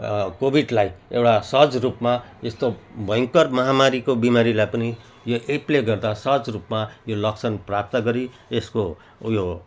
कोविडलाई एउटा सहज रूपमा यस्तो भयङ्कर महामारीको बिमारीलाई पनि यो एपले गर्दा सहज रूपमा यो लक्षण प्राप्त गरी यसको उयो